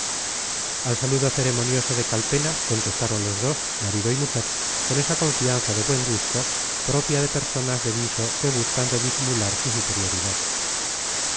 al saludo ceremonioso de calpena contestaron los dos marido y mujer con esa confianza de buen gusto propia de personas de viso que gustan de disimular su superioridad